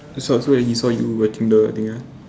so he saw that you were that kind of thing ah